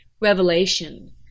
Revelation